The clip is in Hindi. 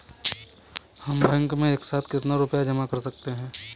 हम बैंक में एक साथ कितना रुपया जमा कर सकते हैं?